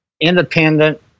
independent